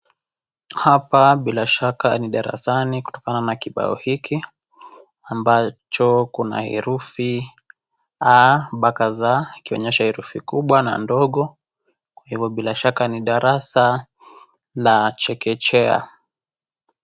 Hapa bila shaka ni darani kutokana na kibao hiki ambacho kuna herufi a mpka z ikionyesha herufi kubwa na ndogo , kwa hivyo bila shaka ni darasa la chekechea.